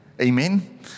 Amen